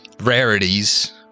Rarities